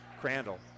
Crandall